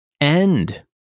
End